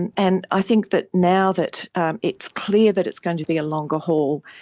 and and i think that now that it's clear that it's going to be a longer haul,